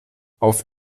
auf